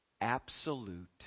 absolute